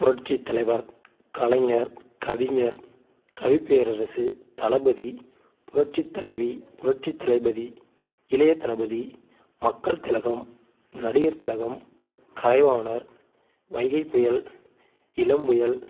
புரட்சித் தலைவர் கலைஞர் கவிஞர் கவிப்பேரரசு தளபதி புரட்சித் தலைவி புரட்சித் தளபதி இளைய தளபதி மக்கள் திலகம் நடிகர் திலகம் கலைவாணர் வைகைப்புயல் இளம்புயல்